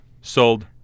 sold